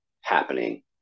happening